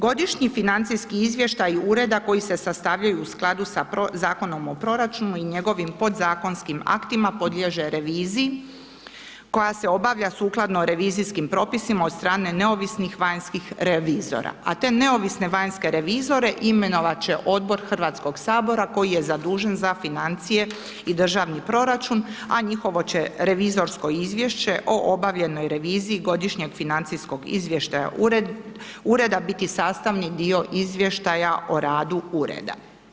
Godišnji financijski izvještaj ureda koji se sastavljaju u skladu sa Zakonom o proračunu i njegovim podzakonskim aktima, podliježe reviziji, koja se obavlja sukladno revizijskim propisima, od strane neovisnih vanjskih revizora, a te neovisne vanjske revizore imenovat će odbor HS koji je zadužen za financije i državni proračun, a njihovo će revizorsko izvješće o obavljenoj reviziji godišnjeg financijskog izvještaja ureda biti sastavni dio izvještaja o radu ureda.